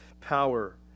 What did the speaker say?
power